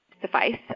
suffice